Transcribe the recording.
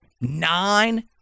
nine